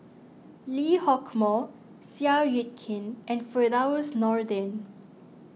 Lee Hock Moh Seow Yit Kin and Firdaus Nordin